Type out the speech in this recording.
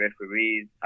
referees